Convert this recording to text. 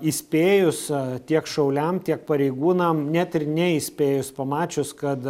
įspėjus tiek šauliam tiek pareigūnam net ir neįspėjus pamačius kad